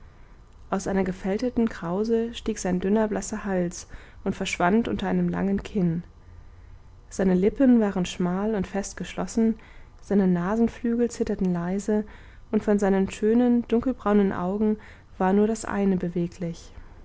aus einer gefältelten krause stieg sein dünner blasser hals und verschwand unter einem langen kinn seine lippen waren schmal und fest geschlossen seine nasenflügel zitterten leise und von seinen schönen dunkelbraunen augen war nur das eine beweglich